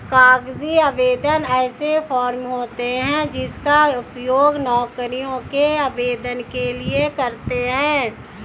कागजी आवेदन ऐसे फॉर्म होते हैं जिनका उपयोग नौकरियों के आवेदन के लिए करते हैं